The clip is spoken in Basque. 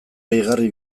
gehigarri